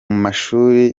mashuri